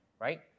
right